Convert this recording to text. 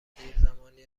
دیرزمانی